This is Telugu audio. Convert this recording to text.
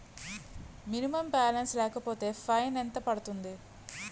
మినిమం బాలన్స్ లేకపోతే ఫైన్ ఎంత పడుతుంది?